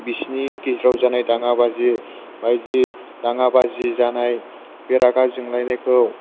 बिसोरनि गेजेराव जानाय दाङा बाजि बायदि दाङा बाजि जानाय बे रागा जोंलायनायखौ